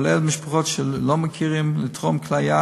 כולל משפחות שלא מכירים, לתרום כליה